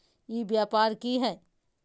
ई व्यापार की हाय?